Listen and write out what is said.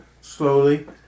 slowly